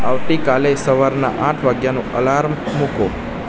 આવતી કાલે સવારના આઠ વાગ્યાનું અલાર્મ મૂકો